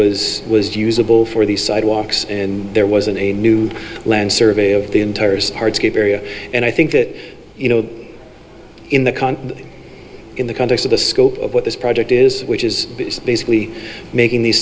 was was usable for the sidewalks and there wasn't a new land survey of the entire area and i think that you know in the con in the context of the scope of what this project is which is basically making these